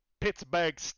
Pittsburgh